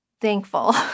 thankful